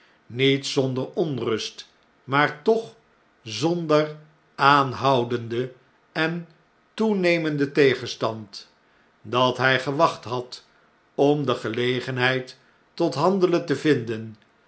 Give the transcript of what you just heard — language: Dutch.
niet zonder onrust maar toch zonder aanhoudenden en toenemenden tegenstand dat hy gewacht had om de gelegenheid tot handelen te vinden